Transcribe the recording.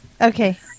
Okay